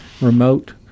remote